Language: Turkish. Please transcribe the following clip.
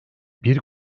bir